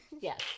Yes